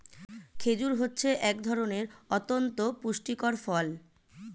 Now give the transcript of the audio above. খেজুর হচ্ছে এক ধরনের অতন্ত পুষ্টিকর ফল